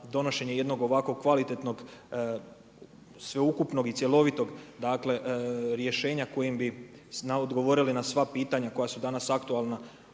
donošenje jednog ovako kvalitetnog sveukupnog i cjelovitog, dakle rješenja kojim bi odgovorili na sva pitanja koja su danas aktualna